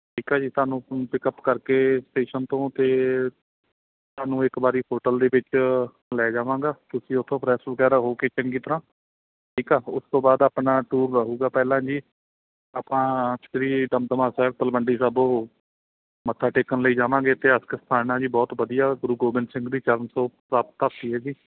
ਠੀਕ ਆ ਜੀ ਤੁਹਾਨੂੰ ਪਿਕਅਪ ਕਰਕੇ ਸਟੇਸ਼ਨ ਤੋਂ ਅਤੇ ਤੁਹਾਨੂੰ ਇੱਕ ਵਾਰੀ ਹੋਟਲ ਦੇ ਵਿੱਚ ਲੈ ਜਾਵਾਂਗਾ ਤੁਸੀਂ ਉੱਥੋਂ ਫਰੈੱਸ਼ ਵਗੈਰਾ ਹੋ ਕੇ ਚੰਗੀ ਤਰ੍ਹਾਂ ਠੀਕ ਆ ਉਸ ਤੋਂ ਬਾਅਦ ਆਪਣਾ ਟੂਰ ਰਹੂਗਾ ਪਹਿਲਾਂ ਜੀ ਆਪਾਂ ਸ਼੍ਰੀ ਦਮਦਮਾ ਸਾਹਿਬ ਤਲਵੰਡੀ ਸਾਬੋ ਮੱਥਾ ਟੇਕਣ ਲਈ ਜਾਵਾਂਗੇ ਇਤਿਹਾਸਿਕ ਸਥਾਨ ਆ ਜੀ ਬਹੁਤ ਵਧੀਆ ਗੁਰੂ ਗੋਬਿੰਦ ਸਿੰਘ ਦੀ ਚਰਨ ਛੋਹ ਪ੍ਰਾਪਤ ਧਰਤੀ ਹੈਗੀ